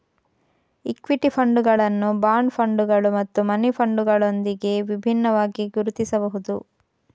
equity ಫಂಡುಗಳನ್ನು bond ಫಂಡುಗಳು ಮತ್ತು ಮನಿ ಫಂಡುಗಳೊಂದಿಗೆ ವಿಭಿನ್ನವಾಗಿ ಗುರುತಿಸಬಹುದು